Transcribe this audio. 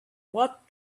what